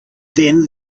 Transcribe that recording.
then